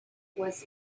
was